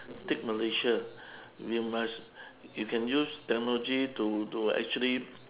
take malaysia you must you can use technology to to actually